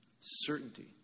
Certainty